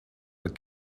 but